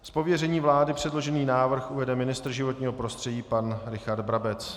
Z pověření vlády předložený návrh uvede ministr životního prostředí pan Richard Brabec.